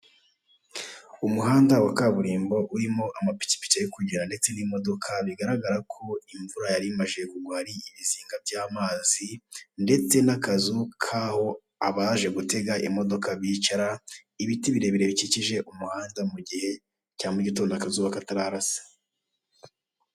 Umuhanda wa kaburimbo urimo amapikipiki ari kugenda ndetse n'imodoka, bigaragara ko imvura yari imajije kugwa hari ibizinga by'amazi ndetse n'akazu kaho abaje gutega imodoka bicara, ibiti birebire bikikije umuhanda mugihe cya mu gitondo akazuba katararasa.